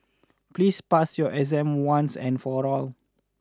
please pass your exam once and for all